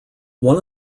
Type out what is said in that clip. one